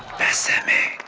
besame.